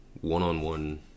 one-on-one